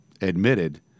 admitted